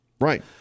Right